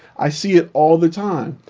i see it all the time.